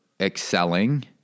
excelling